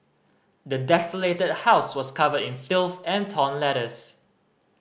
the desolated house was covered in filth and torn letters